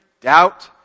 doubt